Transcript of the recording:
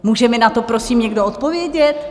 Může mi na to prosím někdo odpovědět?